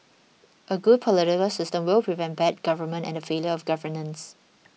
a good political system will prevent bad government and the failure of governance